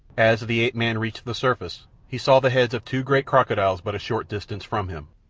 as the ape-man reached the surface he saw the heads of two great crocodiles but a short distance from him.